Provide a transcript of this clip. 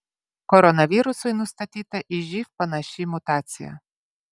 koronavirusui nustatyta į živ panaši mutacija